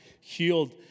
healed